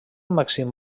màxim